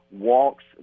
walks